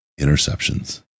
interceptions